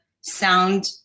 sound